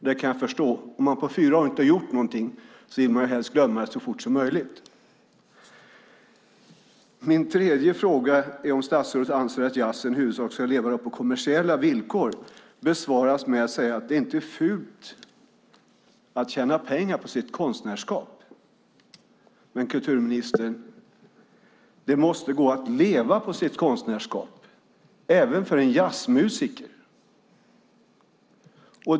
Det kan jag förstå. Om man på fyra år inte har gjort någonting vill man ju helst glömma det så fort som möjligt. Min tredje fråga, om statsrådet anser att jazzen i huvudsak ska leva på kommersiella villkor, besvaras med att det inte är fult att tjäna pengar på sitt konstnärskap. Men kulturministern, det måste gå att leva på sitt konstnärskap även för en jazzmusiker!